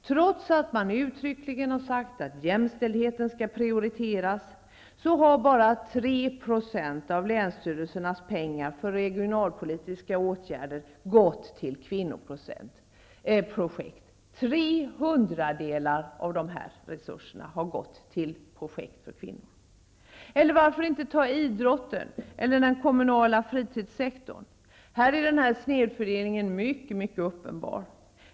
Trots att man uttryckligen har sagt att jämställdheten skall prioriteras, har bara 3 %-- tre hundradelar -- av länsstyrelsernas pengar för regionalpolitiska åtgärder gått till kvinnoprojekt. Eller varför inte ta idrotten eller den kommunala fritidssektorn! Här är denna snedfördelning mycket uppenbar.